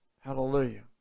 Hallelujah